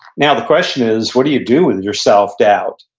now the question is, what do you do with your self-doubt?